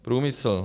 Průmysl.